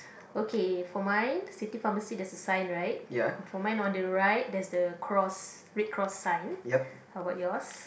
okay for mine city pharmacy there is a sign right and for mine on the right there is the cross red cross sign how about yours